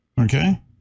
Okay